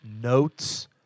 notes